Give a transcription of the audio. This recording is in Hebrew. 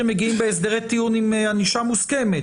מגיעים בהסדרי טיעון עם ענישה מוסכמת.